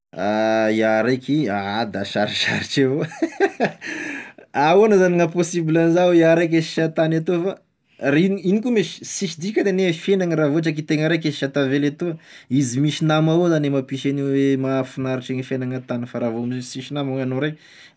Iah raiky, ah da saosarotry avao ahoana zany no ahapossible anzao iaho raiky e sisa an-tagny atoy fa, r'ino ino koa mes- sisy dikany agnie fiaignana raha vao ohatry ki tena raiky e sisa tavela etoa, izy misy nama avao zany e mampisy an'io e mahafinaritry ny fiaignana an-tany fa raha vao mis- sisy nama hoe anao raiky da sisy dikany aloha.